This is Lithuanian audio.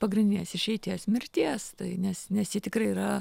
pagrindinės išeities mirties tai nes nes ji tikrai yra